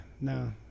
No